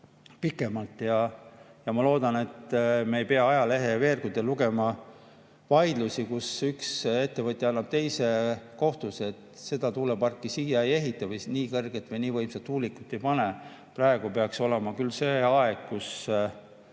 Ja ma loodan, et me ei pea ajaleheveergudelt lugema vaidlustest, kus üks ettevõtja annab teise kohtusse, et tuuleparki me siia ei ehita või nii kõrget või nii võimsat tuulikut ei pane. Praegu peaks olema see aeg, kus